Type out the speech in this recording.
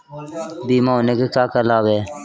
बीमा होने के क्या क्या लाभ हैं?